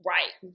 Right